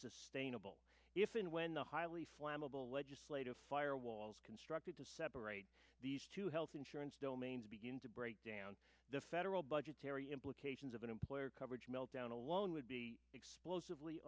sustainable if and when the highly flammable legislative fire walls constructed to separate these two health insurance domains begin to break down the federal budget terry implications of an employer coverage meltdown alone would be explosive